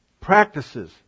practices